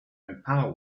empower